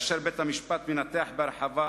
ובית-המשפט מנתח בהרחבה